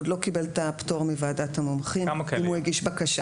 עוד לא קיבל את הפטור מוועדת המומחים אם הוא הגיש בקשה.